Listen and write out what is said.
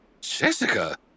Jessica